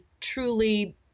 truly